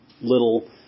little